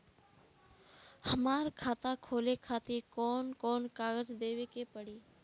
हमार खाता खोले खातिर कौन कौन कागज देवे के पड़ी?